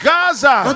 Gaza